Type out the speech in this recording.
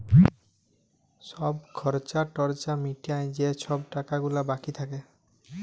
ছব খর্চা টর্চা মিটায় যে ছব টাকা গুলা বাকি থ্যাকে